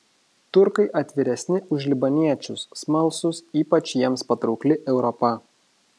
turkai atviresni už libaniečius smalsūs ypač jiems patraukli europa